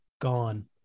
gone